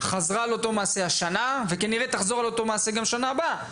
חזרה על אותו מעשה השנה וכנראה תחזור על אותו מעשה גם שנה הבאה.